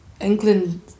England